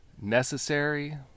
necessary